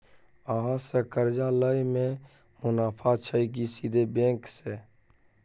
अहाँ से कर्जा लय में मुनाफा छै की सीधे बैंक से?